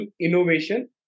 innovation